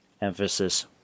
Emphasis